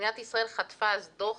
מדינת ישראל חטפה אז דוח